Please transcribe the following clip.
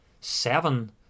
Seven